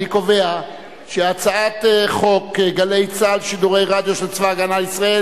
אני קובע שהצעת חוק "גלי צה"ל" שידורי רדיו של צבא-הגנה לישראל